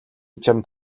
чамд